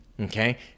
okay